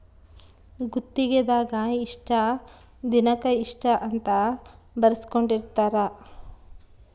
ಗುತ್ತಿಗೆ ದಾಗ ಇಷ್ಟ ದಿನಕ ಇಷ್ಟ ಅಂತ ಬರ್ಸ್ಕೊಂದಿರ್ತರ